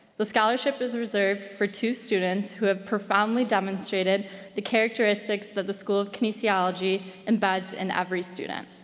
the scholarship is reserved for two students who have profoundly demonstrated the characteristics that the school of kinesiology embeds in every student.